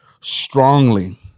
strongly